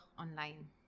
online